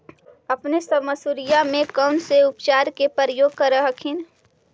अपने सब मसुरिया मे कौन से उपचार के प्रयोग कर हखिन?